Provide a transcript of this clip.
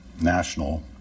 national